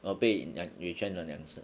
我被 retrench 了两次